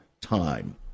time